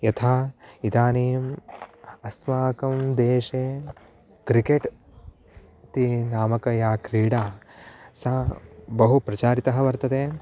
यथा इदानीम् अस्माकं देशे क्रिकेट् इति नामिका या क्रीडा सा बहु प्रचारिता वर्तते